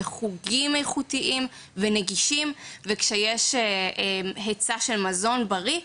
של חוגי ספורט נגישים ואיכותיים וכשיש היצע של מזון בריא,